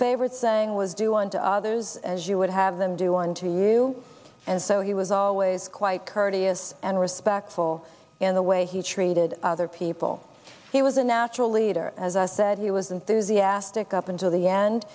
favorite saying was do unto others as you would have them do unto you and so he was always quite courteous and respectful in the way he treated other people he was a natural leader as i said he was enthusiastic up until the end